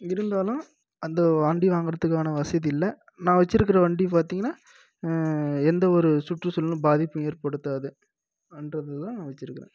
இருந்தாலும் அந்த வண்டி வாங்கறதுக்கான வசதி இல்லை நான் வச்சிருக்கற வண்டி பார்த்தீங்கன்னா எந்த ஒரு சுற்றுச்சூழலும் பாதிப்பு ஏற்படுத்தாது அன்றது தான் நான் வச்சிருக்கறேன்